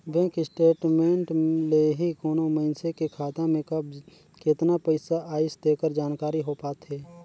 bank statement ले ही कोनो मइसने के खाता में कब केतना पइसा आइस तेकर जानकारी हो पाथे